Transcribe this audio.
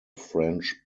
french